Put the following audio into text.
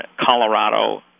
Colorado